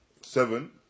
seven